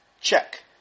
check